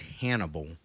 Hannibal